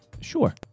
sure